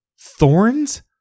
Thorns